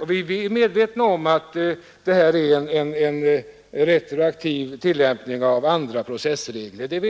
om, Vi är medvetna om att det kan gälla en retroaktiv tillämpning av andra processregler.